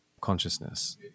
consciousness